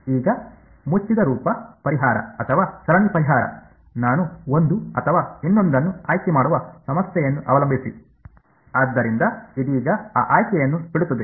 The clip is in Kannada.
ಈಗ ಮುಚ್ಚಿದ ರೂಪ ಪರಿಹಾರ ಅಥವಾ ಸರಣಿ ಪರಿಹಾರ ನಾನು ಒಂದು ಅಥವಾ ಇನ್ನೊಂದನ್ನು ಆಯ್ಕೆ ಮಾಡುವ ಸಮಸ್ಯೆಯನ್ನು ಅವಲಂಬಿಸಿ ಆದ್ದರಿಂದ ಇದೀಗ ಆ ಆಯ್ಕೆಯನ್ನು ಬಿಡುತ್ತದೆ